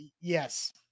Yes